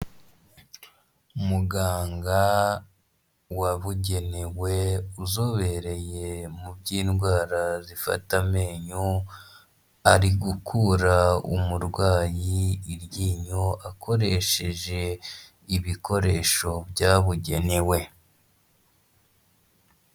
Muganga wabugenewe uzobereye mu by'indwara zifata amenyo ari gukura umurwayi iryinyo akoresheje ibikoresho byabugenewe.